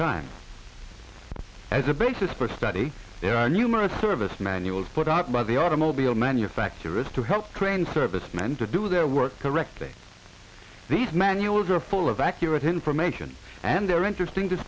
time as a basis for study there are numerous service manuals put out by the automobile manufacturers to help train servicemen to do their work correctly these manuals are full of accurate information and they are interesting to